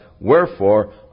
Wherefore